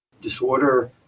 disorder